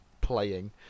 playing